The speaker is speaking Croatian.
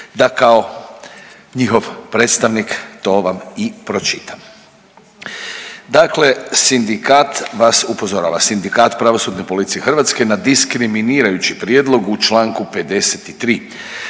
da kao njihov predstavnik to vam i pročitam. Dakle, sindikat vas upozorava Sindikat pravosudne policije Hrvatske na diskriminirajući prijedlog u Članku 53.